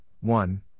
one